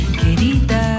querida